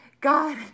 God